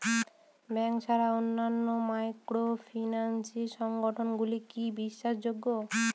Bank ছাড়া অন্যান্য microfinance সংগঠন গুলি কি বিশ্বাসযোগ্য?